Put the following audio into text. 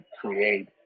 create